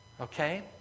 okay